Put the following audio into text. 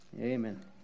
amen